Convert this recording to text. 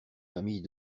famille